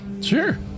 Sure